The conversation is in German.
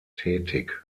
tätig